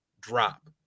drop